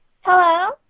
Hello